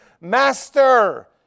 Master